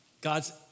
God's